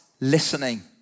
listening